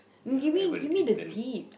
you give me give me the tips